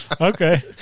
Okay